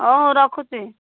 ହଉ ରଖୁଛି